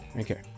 Okay